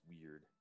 weird